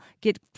get